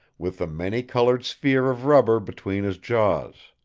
with the many-colored sphere of rubber between his jaws.